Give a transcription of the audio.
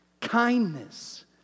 kindness